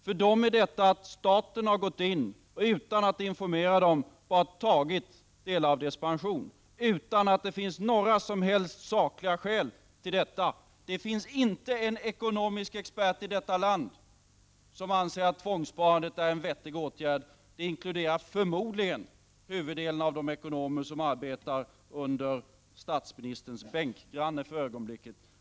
För dem innebär detta att staten har gått in och, utan att informera dem, tagit delar av deras pension utan att det finns några som helst sakliga skäl till detta. Det finns inte en enda ekonomisk expert i detta land som anser att tvångssparandet är en vettig åtgärd. Det gäller förmodligen även huvuddelen av de ekonomer som arbetar under ledning av den man som är statsministerns bänkgranne för ögonblicket.